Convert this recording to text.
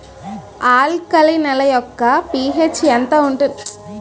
Alkali నేల యెక్క pH ఎంత ఉంటుంది? ఆల్కలి నేలలో అధిక దిగుబడి ఇచ్చే పంట గ్యారంటీ వివరించండి?